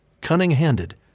cunning-handed